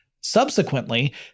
Subsequently